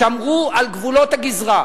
שמרו על גבולות הגזרה.